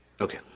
okay